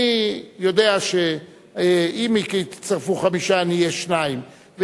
אני יודע שאם יצטרפו חמישה אני אהיה שניים,